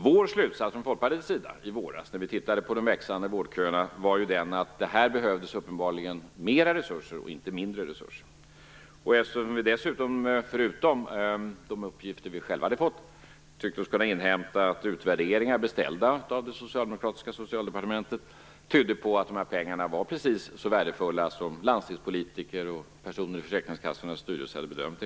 Vår slutsats från Folkpartiets sida, när vi i våras såg på problemet med de växande vårdköerna, var att det uppenbarligen behövdes mer resurser och inte mindre resurser. Förutom de uppgifter som vi själva hade fått tyckte vi oss kunna inhämta att de utvärderingar som var beställda av det socialdemokratiska Socialdepartementet tydde på att dessa pengar var precis så värdefulla som landstingspolitiker och personer i försäkringskassornas styrelser hade bedömt det.